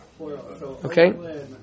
Okay